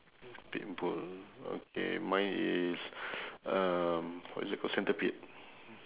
pit bull okay mine is um what is that called centipede